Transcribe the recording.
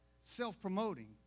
self-promoting